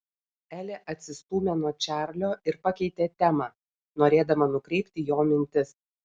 elė atsistūmė nuo čarlio ir pakeitė temą norėdama nukreipti jo mintis